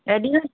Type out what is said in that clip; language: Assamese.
এদিন